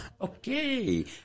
Okay